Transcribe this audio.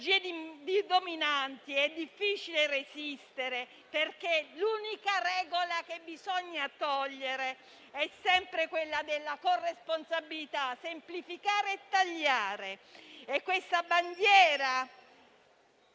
dominanti è difficile resistere, perché l'unica regola che bisogna togliere è sempre quella della corresponsabilità; semplificare e tagliare: questa bandiera